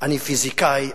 "אני פיזיקאי",